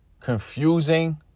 confusing